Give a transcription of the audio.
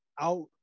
out